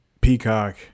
Peacock